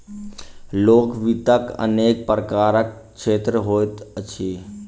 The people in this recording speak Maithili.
लोक वित्तक अनेक प्रकारक क्षेत्र होइत अछि